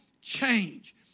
change